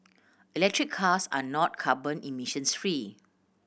electric cars are not carbon emissions free